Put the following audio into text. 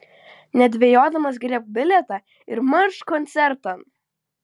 nedvejodamas griebk bilietą ir marš koncertan